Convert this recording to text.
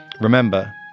remember